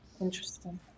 interesting